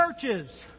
churches